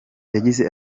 yagize